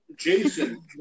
Jason